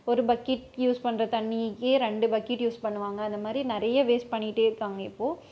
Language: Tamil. ஒரு பக்கெட் யூஸ் பண்ற தண்ணிக்கே ரெண்டு பக்கெட் யூஸ் பண்ணுவாங்க அந்த மாதிரி நிறைய வேஸ்ட்டு பண்ணிட்டே இருக்காங்க இப்போது